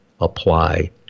apply